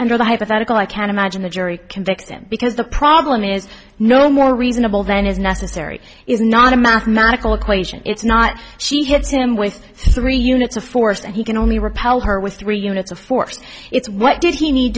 under the hypothetical i can't imagine the jury convicted him because the problem is no more reasonable than is necessary is not a mathematical equation it's not she hits him with three units of force and he can only repel her with three units of force it's what did he need